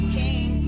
king